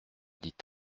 dit